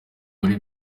muri